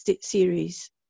series